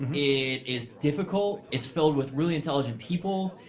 it is difficult. it's filled with really intelligent people.